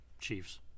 Chiefs